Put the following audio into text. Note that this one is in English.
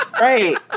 Right